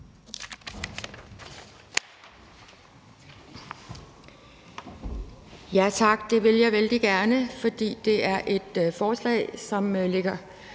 Tak, det vil jeg vældig gerne, for det er et forslag, som ligger